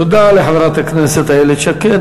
תודה לחברת הכנסת איילת שקד.